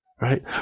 right